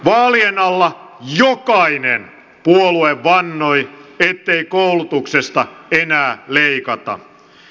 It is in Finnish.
vaalien alla jokainen puolue vannoi ettei koulutuksesta enää leikata